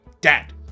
Dad